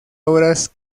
obras